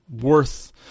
worth